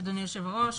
אדוני היו"ר,